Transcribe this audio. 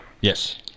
Yes